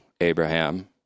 Abraham